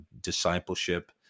discipleship